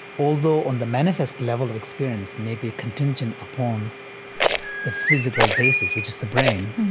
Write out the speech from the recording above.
although on the manifest level of experience may be contingent upon the physical basis, which is the brain.